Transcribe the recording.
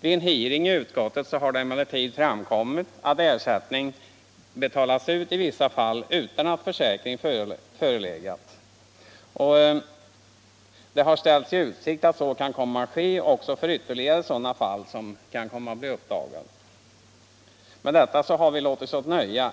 Vid en hearing i utskottet har det emellertid framkommit att ersättningar betalats ut i vissa fall utan att försäkring förelegat, och det har ställts i utsikt att så kan komma att ske för ytterligare sådana fall som blir uppdagade. Med detta har vi tills vidare låtit oss nöja.